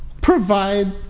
provide